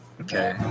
Okay